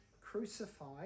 crucified